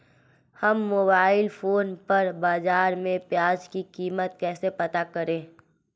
हम mobile phone पर बाज़ार में प्याज़ की कीमत कैसे पता करें?